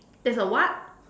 there's a what